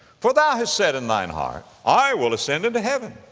for thou has said in thine heart, i will ascend into heaven,